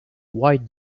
white